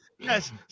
Yes